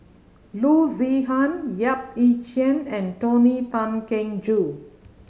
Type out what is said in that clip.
Loo Zihan Yap Ee Chian and Tony Tan Keng Joo